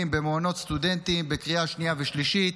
במעונות סטודנטים בקריאה שנייה ושלישית.